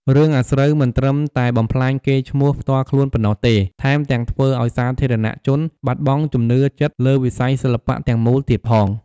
រឿងអាស្រូវមិនត្រឹមតែបំផ្លាញកេរ្តិ៍ឈ្មោះផ្ទាល់ខ្លួនប៉ុណ្ណោះទេ ថែមទាំងធ្វើឱ្យ សាធារណជនបាត់បង់ជំនឿចិត្តលើវិស័យសិល្បៈទាំងមូលទៀតផង។